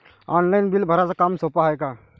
Online bill भराच काम सोपं हाय का?